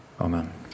Amen